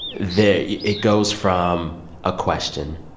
the it goes from a question